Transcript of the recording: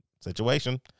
Situation